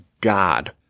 God